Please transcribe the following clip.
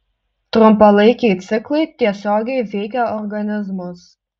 trumpalaikiai ciklai tiesiogiai veikia organizmus